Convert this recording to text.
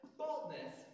boldness